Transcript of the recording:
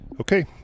Okay